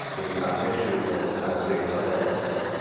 this is not an issue, and kind of sticking our heads in the sand.